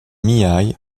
mihai